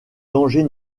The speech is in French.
danger